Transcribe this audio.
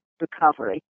recovery